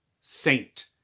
Saint